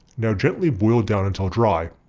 now gently boil down until dry.